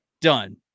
done